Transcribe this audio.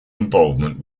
involvement